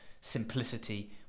simplicity